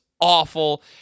awful